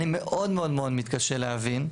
אני מאוד מאוד מתקשה להבין.